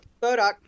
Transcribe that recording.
Bodok